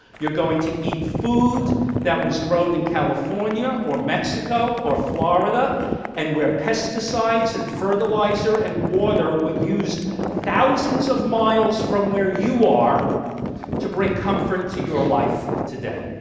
you're going to eat food that was grown in california or mexico or florida and where pesticides and fertilizer and water were used thousands of miles from where you are to bring comfort to your life today.